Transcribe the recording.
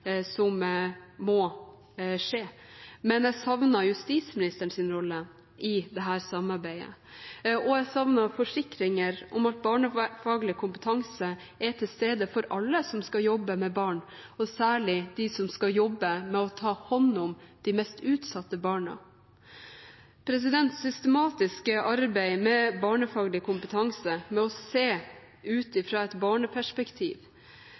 som må skje. Men jeg savner justisministerens rolle i dette samarbeidet, og jeg savner forsikringer om at barnefaglig kompetanse er til stede for alle som skal jobbe med barn, og særlig de som skal jobbe med å ta hånd om de mest utsatte barna. Systematisk arbeid med barnefaglig kompetanse, med å se det fra et barneperspektiv,